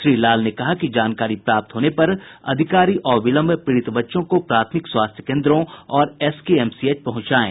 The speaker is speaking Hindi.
श्री लाल ने कहा कि जानकारी प्राप्त होने पर अधिकारी अविलंब पीड़ित बच्चों को प्राथमिक स्वास्थ्य केन्द्रों और एसकेएमसीएच पहुंचाये